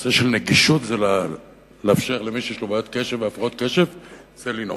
והנושא של נגישות זה לאפשר למי שיש לו הפרעות קשב לנאום.